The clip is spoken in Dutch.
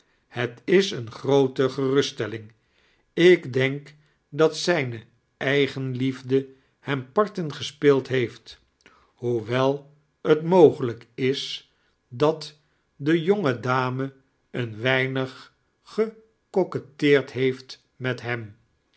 heit is eene groote geruststelling ik dtenk dat zijne eigenliefde ham pairten gespeeid heeft hoewel t nuogelijk is dla de jonge dame een wednig geooquietteeni heeft met hem